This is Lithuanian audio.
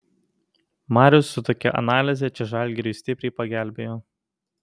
marius su tokia analize čia žalgiriui stipriai pagelbėjo